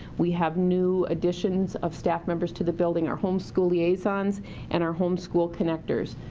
we have new additions of staff members to the building, our home-school liaisons and our home-school connectors.